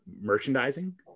merchandising